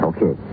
Okay